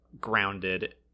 grounded